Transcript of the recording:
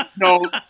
no